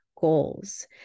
goals